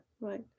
right